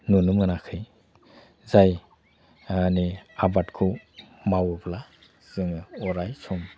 नुनो मोनाखै जाय माने आबादखौ मावोब्ला जोङो अराय सम